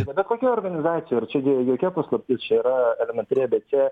bet kokia organizacija ir čia gi jokia paslaptis čia yra elementari a b c